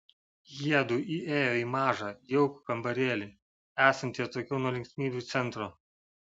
jiedu įėjo į mažą jaukų kambarėlį esantį atokiau nuo linksmybių centro